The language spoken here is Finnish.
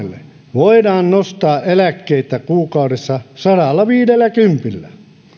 voidaan nostaa eläkkeitä sadallaviidelläkympillä kuukaudessa